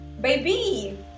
Baby